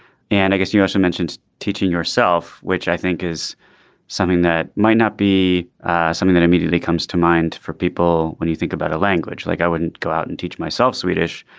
and i guess you also mentioned teaching yourself, which i think is something that might not be something that immediately comes to mind for people. when you think about a language like i wouldn't go out and teach myself swedish.